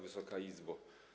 Wysoka Izbo!